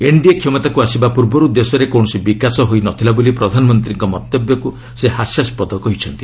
NDA କ୍ଷମତାକୁ ଆସିବା ପୂର୍ବରୁ ଦେଶରେ କୌଣସି ବିକାଶ ହୋଇ ନ ଥିଲା ବୋଲି ପ୍ରଧାନମନ୍ତ୍ରୀଙ୍କ ମନ୍ତବ୍ୟକୁ ସେ ହସ୍ୟାସ୍କଦ କହିଛନ୍ତି